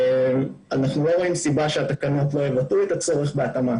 אנחנו לא רואים סיבה שהתקנות לא יבטאו את הצורך בהתאמה.